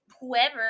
whoever